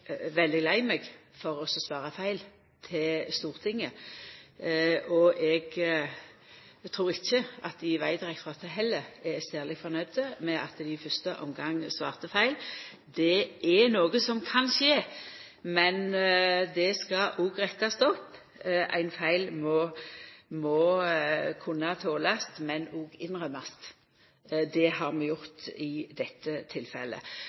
veldig lei meg for å svara feil til Stortinget. Eg trur ikkje at dei i Vegdirektoratet heller er særleg fornøgde med at dei i fyrste omgang svarte feil. Det er noko som kan skje, men det skal òg rettast opp. Ein feil må kunna tolast, men òg bli innrømd. Det har vi gjort i dette tilfellet.